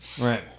Right